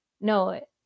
no